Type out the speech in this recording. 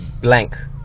blank